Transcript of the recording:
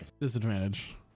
Disadvantage